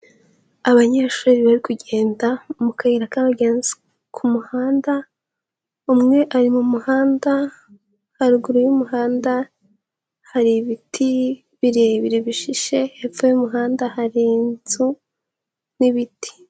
Abanyeshuri bari kugenda mu kayira kabagenzi ku muhanda, umwe ari mu muhanda haruguru y'umuhanda hari ibiti birebire bishishe, hepfo y'umuhanda hari inzu n'ibiti.